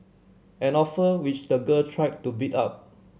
an offer which the girl tried to beat up